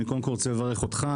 אני קודם כל רוצה לברך אותך,